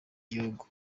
gihugu